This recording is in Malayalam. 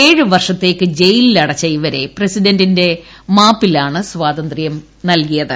ഏഴ് വർഷത്തേക്ക് ജയിലിലടച്ച ഇവരെ പ്രസിഡന്റിന്റെ മാപ്പിലാണ് സ്വാതന്ത്രൃം നല്കിയത്